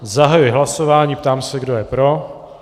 Zahajuji hlasování a ptám se, kdo je pro.